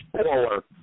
spoiler